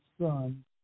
son